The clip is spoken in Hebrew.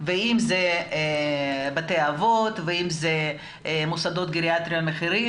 אם מדובר בבתי אבות או במוסדות גריאטריים אחרים.